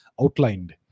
outlined